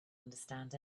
understand